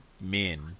men